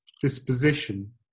disposition